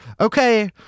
Okay